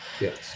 Yes